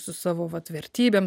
su savo vat vertybėm